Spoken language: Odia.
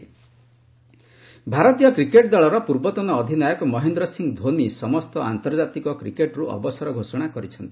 ଧୋନି ସୁରେଶ ରେିନା ଭାରତୀୟ କ୍ରିକେଟ୍ ଦଳର ପୂର୍ବତନ ଅଧିନାୟକ ମହେନ୍ଦ୍ର ସିଂହ ଧୋନି ସମସ୍ତ ଆନ୍ତର୍ଜାତୀକ କ୍ରିକେଟ୍ରୁ ଅବସର ଘୋଷଣା କରିଛନ୍ତି